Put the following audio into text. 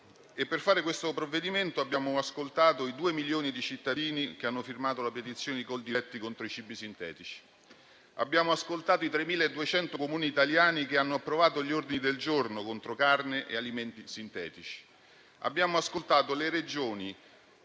a punto questo provvedimento abbiamo ascoltato i due milioni di cittadini che hanno firmato la petizione di Coldiretti contro i cibi sintetici; abbiamo ascoltato i 3.200 Comuni italiani che hanno approvato gli ordini del giorno contro carne e alimenti sintetici; abbiamo ascoltato le Regioni